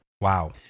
Wow